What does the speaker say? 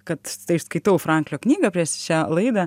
kad tai aš skaitau franklio knygą prieš šią laidą